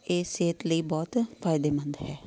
ਇਹ ਸਿਹਤ ਲਈ ਬਹੁਤ ਫ਼ਇਦੇਮੰਦ ਹੈ